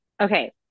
Okay